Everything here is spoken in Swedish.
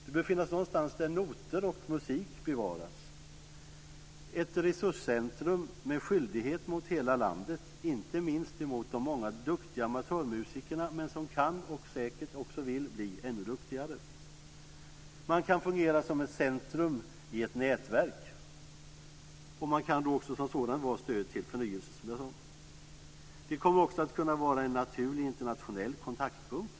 Det behöver finnas någonstans där noter och musik bevaras, ett resurscentrum med skyldighet mot hela landet, inte minst mot de många duktiga amatörmusiker som kan, och säkert också vill, bli ännu duktigare. Man kan fungera som ett centrum i ett nätverk. Man också som sådant, som jag sade, vara ett stöd till förnyelse. Det kommer också att kunna vara en naturlig internationell kontaktpunkt.